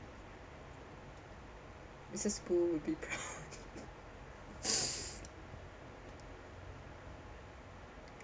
missus pu will be proud